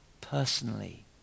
personally